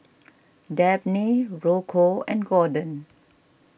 Dabney Rocco and Gorden